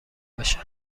بشه